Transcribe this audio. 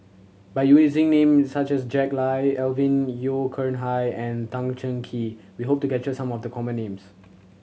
by using name such as Jack Lai Alvin Yeo Khirn Hai and Tan Cheng Kee we hope to capture some of the common names